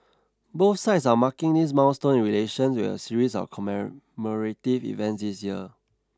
both sides are marking this milestone in relations with a series of commemorative events this year